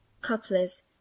couplers